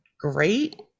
great